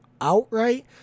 outright